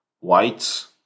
Whites